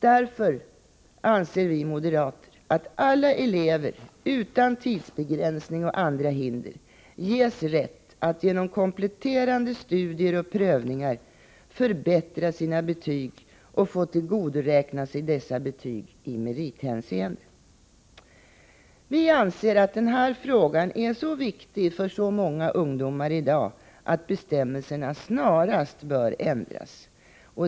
Därför anser vi moderater att alla elever utan tidsbegränsning och andra hinder skall ges rätt att genom kompletterande studier och prövningar förbättra sina betyg och få tillgodoräkna sig dessa betyg i merithänseende. Vi anser att den här frågan är så viktig för så många ungdomar i dag, att bestämmelserna snarast bör ändras.